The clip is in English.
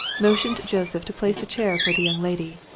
motioned joseph to place a chair for the young lady.